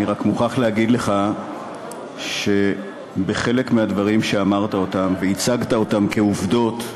אני רק מוכרח להגיד לך שבחלק מהדברים שאמרת והצגת אותם כעובדות,